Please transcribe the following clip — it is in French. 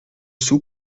sou